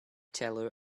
teller